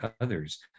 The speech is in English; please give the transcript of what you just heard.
others